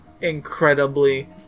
incredibly